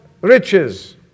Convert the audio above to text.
riches